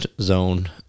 zone